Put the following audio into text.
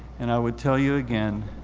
and i would tell you again,